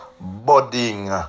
budding